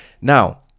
Now